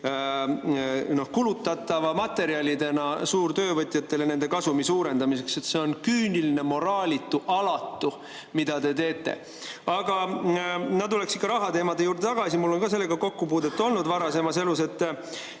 kulutatava materjalina suurtöövõtjatele nende kasumi suurendamiseks. See, mida te teete, on küüniline, moraalitu ja alatu. Aga ma tuleks ikka rahateemade juurde tagasi, mul on ka sellega kokkupuudet olnud varasemas elus. Te